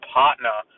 partner